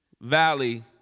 Valley